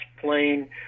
plane